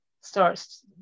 starts